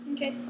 Okay